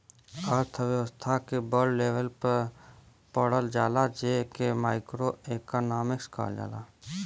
अर्थव्यस्था के बड़ लेवल पे पढ़ल जाला जे के माइक्रो एक्नामिक्स कहल जाला